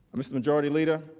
mr. majority leader,